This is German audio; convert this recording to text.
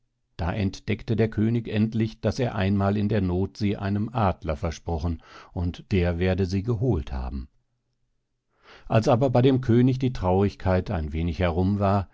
da entdeckte der könig endlich daß er einmal in der noth sie einem adler versprochen und der werde sie geholt haben als aber bei dem könig die traurigkeit ein wenig herum war